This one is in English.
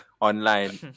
online